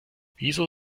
wieso